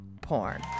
porn